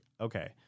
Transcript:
okay